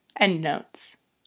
Endnotes